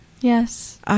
Yes